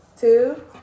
two